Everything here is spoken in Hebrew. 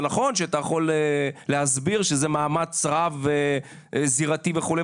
נכון שאתה יכול להסביר שזה מאמץ רב וזירתי וכו',